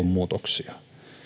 muutoksia